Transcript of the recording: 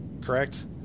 correct